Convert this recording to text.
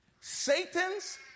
Satan's